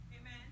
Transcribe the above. Amen